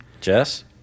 Jess